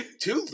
two